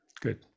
Good